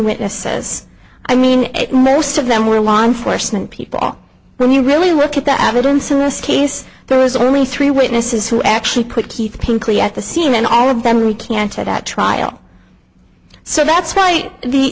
witnesses i mean most of them were law enforcement people when you really look at the evidence in this case there was only three witnesses who actually put keith pinkly at the scene and all of them recanted at trial so that's